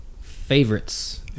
favorites